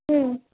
হুম